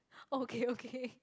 okay okay